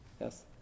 yes